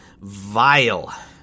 vile